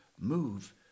move